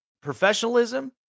professionalism